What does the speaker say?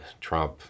Trump